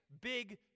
big